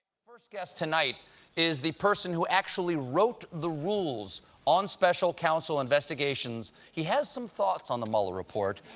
first guest tonight is the person who actually wrote the rules on special counsel investigations. he has some thoughts on the mueller report.